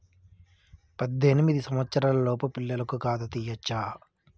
పద్దెనిమిది సంవత్సరాలలోపు పిల్లలకు ఖాతా తీయచ్చా?